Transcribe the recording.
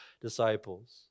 disciples